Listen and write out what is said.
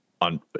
on